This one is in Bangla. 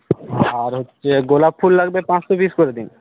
আর হচ্ছে গোলাপ ফুল লাগবে পাঁচশো পিস করে দিন